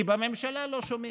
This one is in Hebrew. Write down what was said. כי בממשלה לא שומעים.